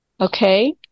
Okay